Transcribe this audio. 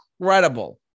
incredible